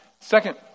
Second